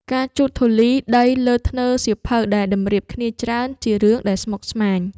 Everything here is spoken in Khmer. ការជូតធូលីដីលើធ្នើរសៀវភៅដែលតម្រៀបគ្នាច្រើន ជារឿងដែលស្មុគស្មាញ។